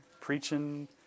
preaching